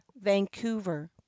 Vancouver